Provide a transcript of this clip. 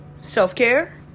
self-care